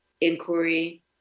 inquiry